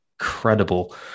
incredible